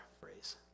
phrase